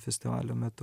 festivalio metu